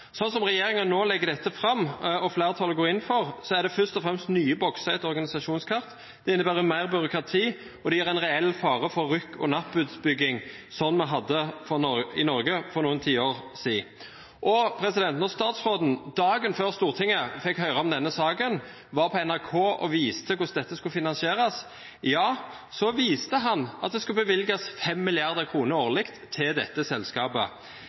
Sånn som regjeringen nå legger dette fram, og flertallet går inn for, er det først og fremst nye bokser i et organisasjonskart, det innebærer mer byråkrati, og det gir en reell fare for rykk-og-napp-utbygging, som vi hadde i Norge for noen tiår siden. Da statsråden dagen før Stortinget fikk høre om denne saken, var på NRK og viste hvordan dette skulle finansieres, viste han til at det skulle bevilges 5 mrd. kr årlig til dette selskapet.